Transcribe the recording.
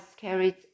carried